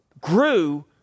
grew